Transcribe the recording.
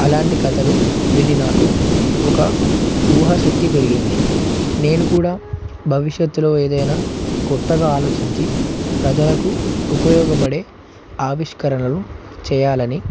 అలాంటి కథలు విని నాకు ఒక ఊహ శక్తి పెరిగింది నేను కూడా భవిష్యత్తులో ఏదైనా కొత్తగా ఆలోచించి ప్రజలకు ఉపయోగపడే ఆవిష్కరణలు చేయాలని